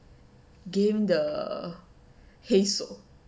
game the 黑手